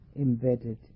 embedded